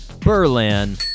Berlin